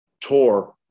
tour